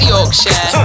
Yorkshire